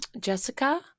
Jessica